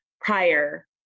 prior